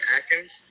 Atkins